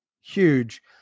huge